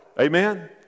Amen